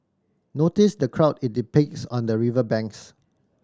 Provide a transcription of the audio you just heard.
notice the crowd it depicts on the river banks